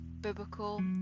biblical